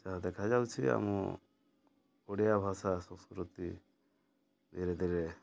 ଯାହା ଦେଖାଯାଉଛି ଆମ ଓଡ଼ିଆଭାଷା ସଂସ୍କୃତି ଧୀରେ ଧୀରେ